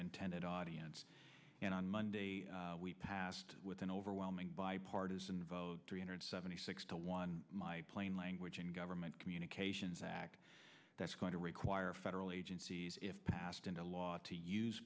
intended audience and on monday we passed with an overwhelming bipartisan vote three hundred seventy six to one plain language in government communications act that's going to require federal agencies if passed into law to use